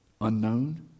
Unknown